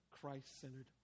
Christ-centered